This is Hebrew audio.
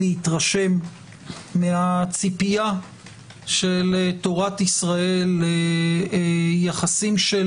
להתרשם מהציפייה של תורת ישראל ליחסים של